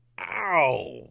Ow